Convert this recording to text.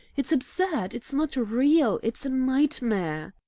it's absurd! it's not real! it's a nightmare!